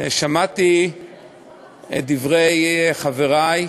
שמעתי את דברי חברי,